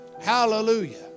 Hallelujah